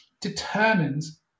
determines